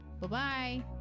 Bye-bye